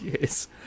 yes